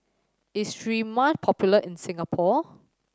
is Sterimar popular in Singapore